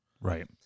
right